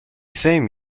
same